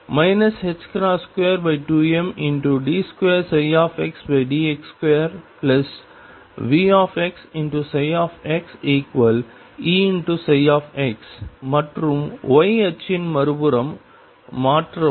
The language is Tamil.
22md2xdx2VxxEψ மற்றும் y அச்சின் மறுபுறம் மாற்றவும்